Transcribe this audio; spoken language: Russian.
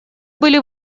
были